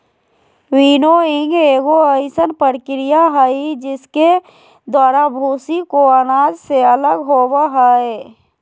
winnowing एगो अइसन प्रक्रिया हइ जिसके द्वारा भूसी को अनाज से अलग होबो हइ